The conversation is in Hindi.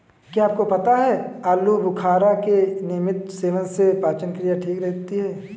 क्या आपको पता है आलूबुखारा के नियमित सेवन से पाचन क्रिया ठीक रहती है?